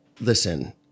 listen